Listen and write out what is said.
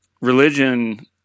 religion